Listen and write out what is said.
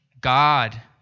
God